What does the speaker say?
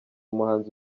muhanzi